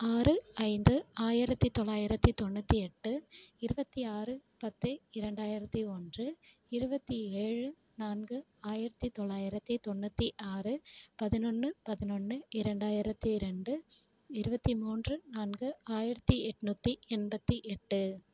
ஆறு ஐந்து ஆயிரத்தி தொள்ளாயரத்தி தொண்ணூற்றி எட்டு இருபத்தி ஆறு பத்து இரண்டாயிரத்தி ஒன்று இருபத்தி ஏழு நான்கு ஆயிரத்தி தொள்ளாயரத்தி தொண்ணூற்றி ஆறு பதினொன்று பதினொன்று இரண்டாயிரத்தி ரெண்டு இருபத்தி மூன்று நான்கு ஆயிரத்தி எட்ணூற்றி எண்பத்தி எட்டு